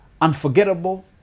unforgettable